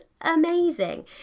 amazing